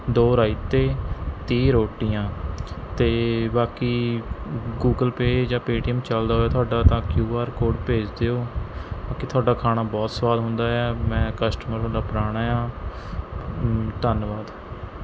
ਦੋ ਰਾਈਤੇ ਤੀਹ ਰੋਟੀਆਂ ਅਤੇ ਬਾਕੀ ਗੂਗਲ ਪੇ ਜਾਂ ਪੇਟੀਐੱਮ ਚੱਲਦਾ ਹੋਏ ਤੁਹਾਡਾ ਤਾਂ ਕਿਊ ਆਰ ਕੋਡ ਭੇਜ ਦਿਉ ਬਾਕੀ ਤੁਹਾਡਾ ਖਾਣਾ ਬਹੁਤ ਸਵਾਦ ਹੁੰਦਾ ਹੈ ਮੈਂ ਕਸਟਮਰ ਤੁਹਾਡਾ ਪੁਰਾਣਾ ਆ ਧੰਨਵਾਦ